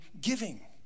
giving